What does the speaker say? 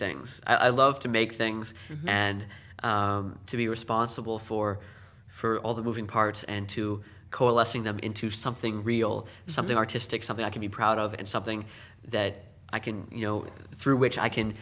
things i love to make things and to be responsible for for all the moving parts and to coalescing them into something real something artistic something i can be proud of and something that i can you know through which i can